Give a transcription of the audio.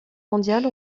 mondiale